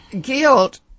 guilt